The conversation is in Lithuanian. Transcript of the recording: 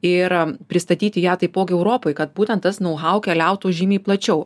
ir pristatyti ją taipogi europai kad būtent tas nau hau keliautų žymiai plačiau